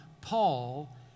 Paul